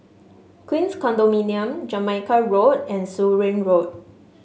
Queens Condominium Jamaica Road and Surin Road